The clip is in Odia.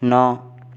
ନଅ